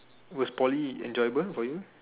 was Poly enjoyable for you